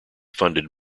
funded